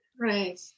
right